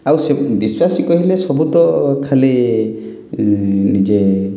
ଆଉ ସେ ବିଶ୍ୱାସ କରିଲେ ସବୁ ତ ଖାଲି ନିଜେ